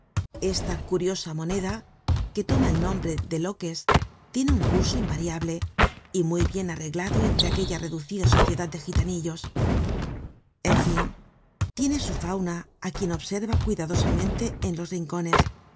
esta curiosa moneda que toma el nombre de loques tiene un curso invariable y muy bien arreglado entre aquella reducida sociedad de gitanillos en fin tiene su fauna á quien observa cuidadosamente en los rincones